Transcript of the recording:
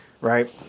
Right